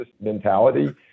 mentality